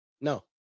No